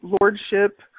lordship